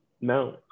No